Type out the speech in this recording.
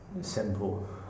Simple